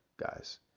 guys